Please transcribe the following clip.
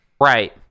right